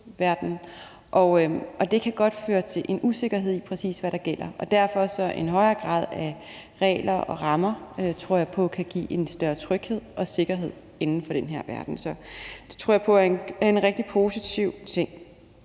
og det kan godt føre til en usikkerhed om, hvad der præcis gælder. Derfor tror jeg på, at en højere grad af regler og rammer kan give en større tryghed og sikkerhed inden for den her verden. Så det tror jeg på er en rigtig positiv ting.